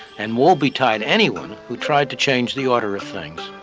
and woe betide anyone who tried to change the order of things.